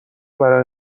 برای